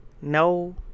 No